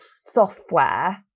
software